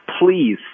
please